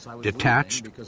Detached